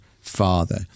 father